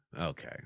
Okay